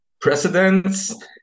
precedents